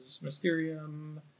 Mysterium